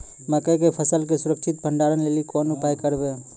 मकई के फसल के सुरक्षित भंडारण लेली कोंन उपाय करबै?